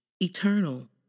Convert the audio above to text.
Eternal